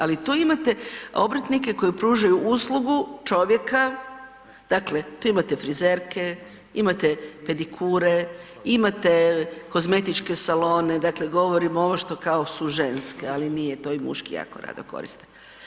Ali tu imate obrtnike koje pružaju uslugu čovjeka, dakle tu imate frizerke, imate pedikure, imate kozmetičke salone, dakle govorimo ovo što kao su ženske, ali nije to i muški jako rado koriste.